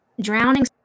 drowning